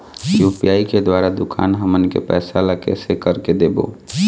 UPI के द्वारा दुकान हमन के पैसा ला कैसे कर के देबो?